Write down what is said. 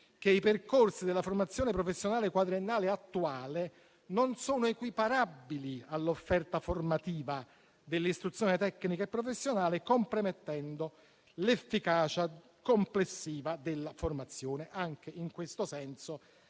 che i percorsi della formazione professionale quadriennale attuale non sono equiparabili all'offerta formativa dell'istruzione tecnica e professionale, compromettendo l'efficacia complessiva della formazione. Anche in questo senso